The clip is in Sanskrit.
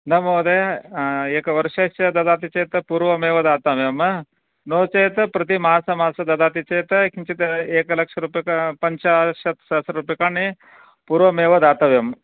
न महोदय एकवर्षस्य ददाति चेत् पूर्वमेव दातव्यं नो चेत् प्रतिमासे मासे ददाति चेत् किञ्चित् एकलक्षरूप्यकाणि पञ्चाशत्सहस्ररूप्यकाणि पूर्वमेव दातव्यम्